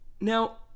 Now